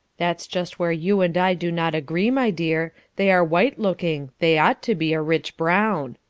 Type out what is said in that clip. that is just where you and i do not agree, my dear. they are white-looking, they ought to be a rich brown.